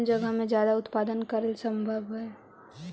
कम जगह में ज्यादा उत्पादन करल सम्भव हई